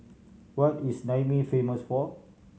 what is Niamey famous for